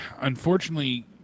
unfortunately